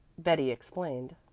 betty explained.